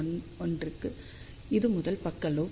212 k 1 க்கு இது முதல் பக்க லோப் நிலை